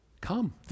Come